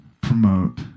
promote